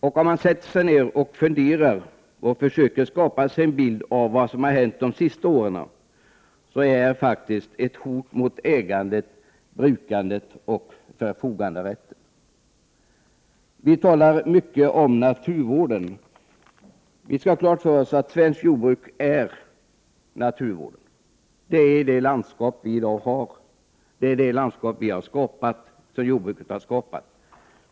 Om man sätter sig ner och funderar och försöker skapa sig en bild av vad som har hänt de senaste åren framträder faktiskt ett hot mot ägandet, brukandet och förfoganderätten. Vi talar mycket om naturvården. Vi skall ha klart för oss att svenskt jordbruk är naturvård. Det landskap som vi i dag har är det landskap som jordbruket har skapat.